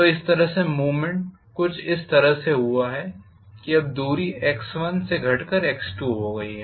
तो इस तरह से मूवमेंट कुछ इस तरह से हुआ है कि अब दूरी x1से घटकर x2हो गई है